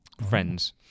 Friends